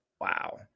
Wow